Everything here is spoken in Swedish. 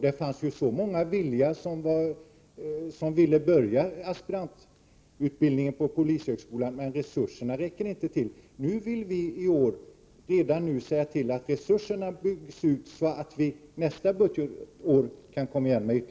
Det fanns ju så många som ville börja aspirantutbildningen på polishögskolan, men resurserna räckte inte till. Vi vill redan i år se till att resurserna byggs ut så att det redan nästa budgetår kan antas fler aspiranter.